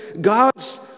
God's